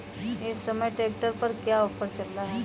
इस समय ट्रैक्टर पर क्या ऑफर चल रहा है?